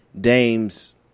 Dame's